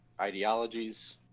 ideologies